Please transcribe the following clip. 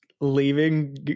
leaving